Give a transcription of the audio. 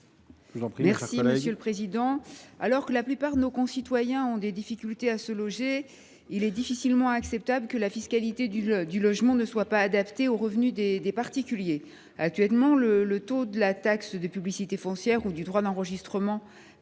Mme Isabelle Briquet. que la plupart de nos concitoyens rencontrent des difficultés pour se loger, il est difficilement acceptable que la fiscalité du logement ne soit pas adaptée aux revenus des particuliers. Actuellement, le taux de la taxe de publicité foncière ou du droit d’enregistrement